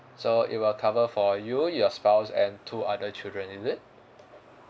so it will cover for you your spouse and two other children is it